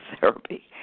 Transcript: therapy